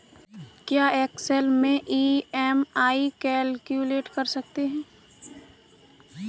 क्या एक्सेल में EMI calculate कर सकते हैं?